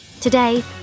Today